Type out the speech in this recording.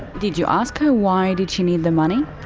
did you ask her why did she need the money?